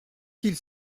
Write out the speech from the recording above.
qu’il